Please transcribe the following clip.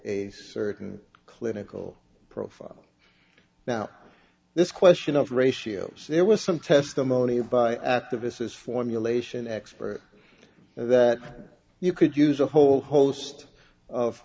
a certain clinical profile now this question of ratios there was some testimony by activists as formulation expert that you could use a whole host of